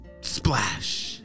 Splash